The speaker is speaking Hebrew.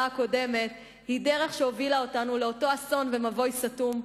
הקודמת היא דרך שהובילה אותנו לאותו אסון ומבוי סתום,